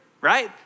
right